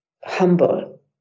humble